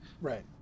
Right